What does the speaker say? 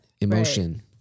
emotion